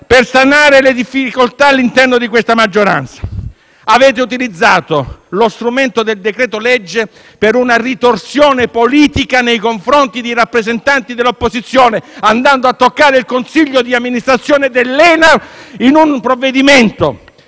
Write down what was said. per sanare le difficoltà all'interno di questa maggioranza. Avete utilizzato lo strumento del decreto-legge per una ritorsione politica nei confronti dei rappresentanti dell'opposizione, andando a toccare il consiglio di amministrazione dell'ENAV con un provvedimento